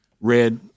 red